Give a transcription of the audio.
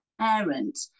parent